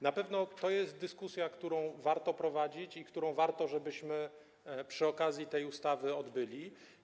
Na pewno to jest dyskusja, którą warto prowadzić i którą warto, żebyśmy przy okazji tej ustawy odbyli.